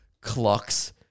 clocks